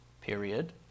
period